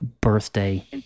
birthday